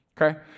Okay